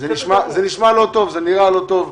זה נשמע לא טוב, זה נראה לא טוב.